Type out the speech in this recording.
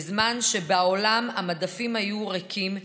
בזמן שבעולם המדפים היו ריקים,